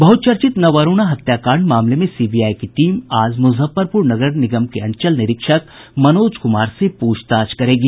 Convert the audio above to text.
बहुचर्चित नवरूणा हत्याकांड मामले में सीबीआई की टीम आज मुजफ्फरपुर नगर निगम के अंचल निरीक्षक मनोज कुमार से पूछताछ करेगी